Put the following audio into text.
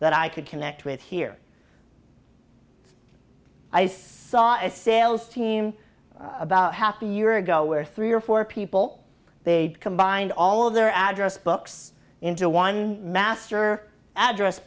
that i could connect with here i saw a sales team about half a year ago where three or four people they'd combined all of their address books into one master address